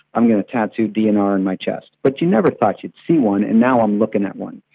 i'm going to tattoo dnr on my chest. but you never thought you'd see one, and now i'm looking at one.